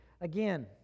Again